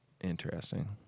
interesting